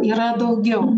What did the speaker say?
yra daugiau